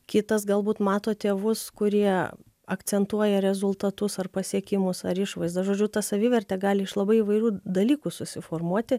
kitas galbūt mato tėvus kurie akcentuoja rezultatus ar pasiekimus ar išvaizdą žodžiu ta savivertė gali iš labai įvairių dalykų susiformuoti